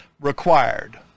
required